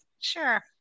Sure